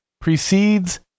precedes